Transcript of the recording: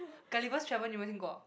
Gulliver's-Travel 有们听过